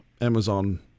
Amazon